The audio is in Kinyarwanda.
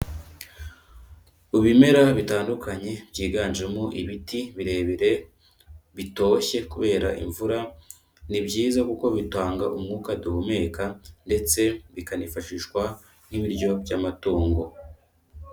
Mu bimera bitandukanye, byiganjemo ibiti birebire, bitoshye kubera imvura, ni byiza kuko bitanga umwuka duhumeka, ndetse bikanifashishwa nk'ibiryo by'amatungo.